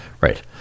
Right